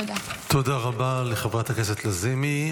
תודה רבה לחברת הכנסת לזימי.